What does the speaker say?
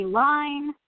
line